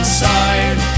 side